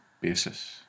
basis